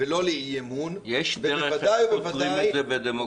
ולא לאי-אמון -- יש דרך לפתור את זה בדמוקרטיה,